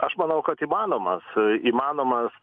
aš manau kad įmanomas įmanomas